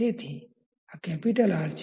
તેથી આ R છે